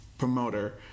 promoter